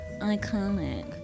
iconic